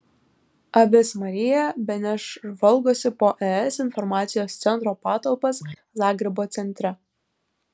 avis marija beneš žvalgosi po es informacijos centro patalpas zagrebo centre